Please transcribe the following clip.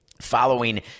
Following